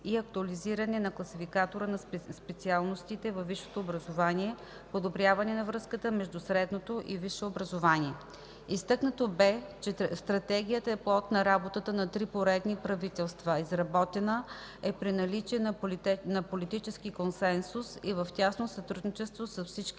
и актуализиране на Класификатора на специалностите във висшето образование; подобряване на връзката между средното и висшето образование. Изтъкнато бе, че Стратегията е плод на работата на три поредни правителства, изработена е при наличие на политически консенсус и в тясно сътрудничество със всички